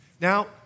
Now